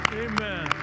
amen